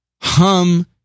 hum